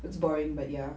it's boring but ya